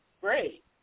great